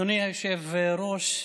אדוני היושב-ראש,